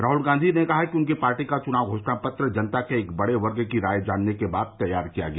राहल गांधी ने कहा कि उनकी पार्टी का चुनाव घोषणा पत्र जनता के एक बडे वर्ग की राय जानने के बाद तैयार किया गया